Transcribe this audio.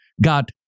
got